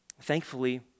Thankfully